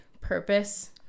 purpose